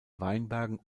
weinbergen